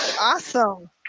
Awesome